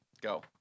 Go